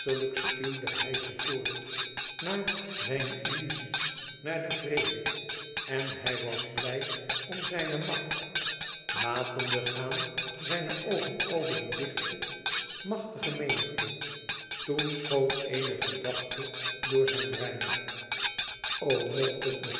stuwde hij ze voort naar zijne illuzie naar den vrede en hij was blij om zijne macht latende gaan zijne oogen over die dichte machtige menigte toen schoot eene gedachte door zijn brein o mocht het